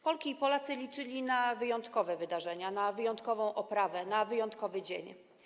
Polki i Polacy liczyli na wyjątkowe wydarzenia, wyjątkową oprawę, wyjątkowy dzień.